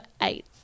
eight